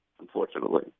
unfortunately